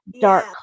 dark